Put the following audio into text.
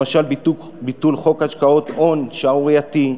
למשל ביטול חוק השקעות הון השערורייתי,